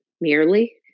merely